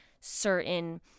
certain